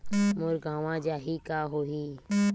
मोर गंवा जाहि का होही?